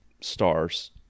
stars